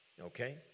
Okay